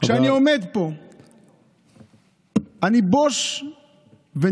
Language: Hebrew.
כשאני עומד פה אני בוש ונכלם,